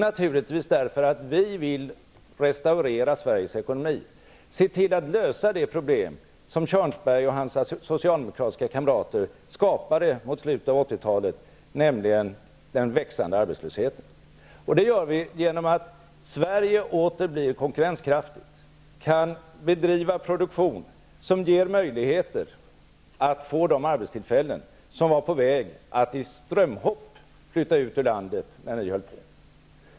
Naturligtvis därför att vi vill restaurera Sveriges ekonomi och se till att lösa de problem som Arne Kjörnbsberg och hans socialdemokratiska kamrater skapade mot slutet av 80-talet, nämligen den växande arbetslösheten. Det gör vi genom att se till att Sverige åter blir konkurrenskraftigt, kan bedriva produktion som ger möjligheter att få de arbetstillfällen som var på väg att i strömhopp flytta ut ur landet.